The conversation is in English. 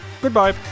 goodbye